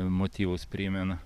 motyvus primena